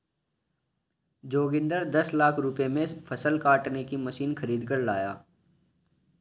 जोगिंदर दस लाख रुपए में फसल काटने की मशीन खरीद कर लाया